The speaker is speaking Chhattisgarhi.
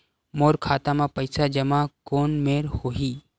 मोर खाता मा पईसा जमा कोन मेर होही?